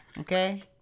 Okay